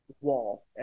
wall